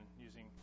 using